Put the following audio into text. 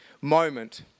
moment